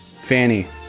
Fanny